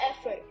effort